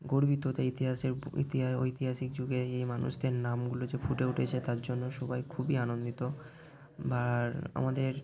গর্বিত তাই ইতিহাসের ঐতিহাসিক যুগে এই মানুষদের নামগুলো যে ফুটে উঠেছে তার জন্য সবাই খুবই আনন্দিত বার আমাদের